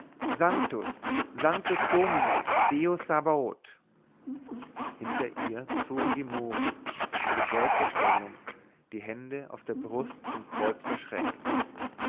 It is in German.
sanctus sanctus dominus deus sabaoth hinter ihr zogen die mohren in gebeugter stellung die hände auf der brust zum kreuz verschränkt